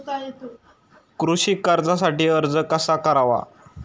कृषी कर्जासाठी अर्ज कसा करावा?